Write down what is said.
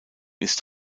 ist